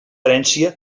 herència